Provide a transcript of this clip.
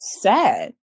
sad